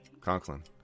Conklin